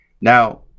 now